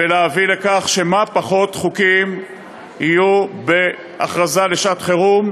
ולהביא לכך שפחות חוקים יהיו בהכרזה לשעת-חירום.